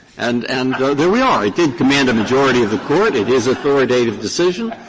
and and there we are. it did command a majority of the court, it is authoritative decision,